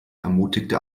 ermutigte